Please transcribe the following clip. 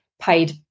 paid